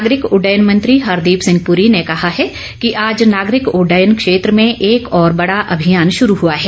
नागरिक उड्डयन मंत्री हरदीप सिंह पुरी ने कहा है कि आज नागरिक उड्डयन क्षेत्र में एक और बड़ा अभियान शुरू हुआ है